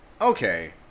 okay